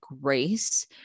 grace